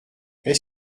est